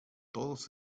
todos